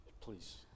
Please